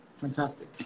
Fantastic